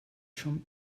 schon